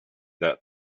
that